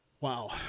Wow